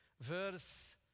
verse